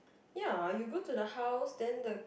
ya you go to the house then the